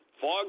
fog